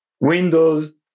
Windows